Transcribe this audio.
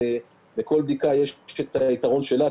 לכל בדיקה יש היתרון שלה,